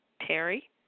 Terry